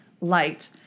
light